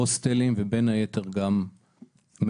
הוסטלים ובין היתר גם מעונות.